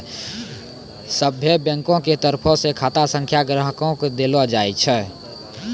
सभ्भे बैंको के तरफो से खाता संख्या ग्राहको के देलो जाय छै